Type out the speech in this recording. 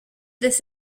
this